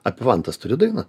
apie vantas turi dainą